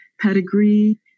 pedigree